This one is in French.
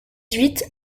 huit